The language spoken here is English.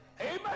Amen